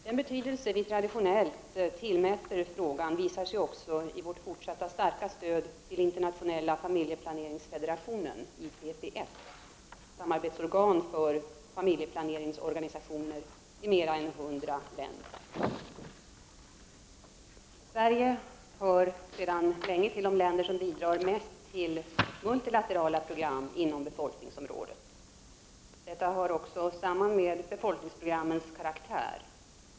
Den betydelse vi traditionellt tillmäter frågan visar sig också i vårt fortsatta starka stöd till internationella familjeplaneringsfederationen, IPPF, samarbetsorgan för familjeplaneringsorganisationer i mera än hundra länder. Sverige hör sedan länge till de länder som bidrar mest till multilaterala program inom befolkningsområdet. Detta hör också samman med befolkningsprogrammens karaktär.